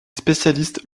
spécialistes